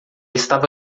estava